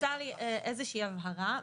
אני רוצה איזושהי הבהרה.